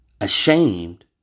ashamed